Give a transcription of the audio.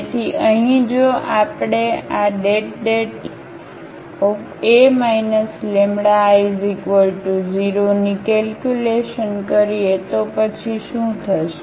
તેથી અહીં જો આપણે આ det A λI 0 ની કેલ્ક્યુલેશન કરીએ તો પછી શું થશે